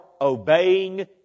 obeying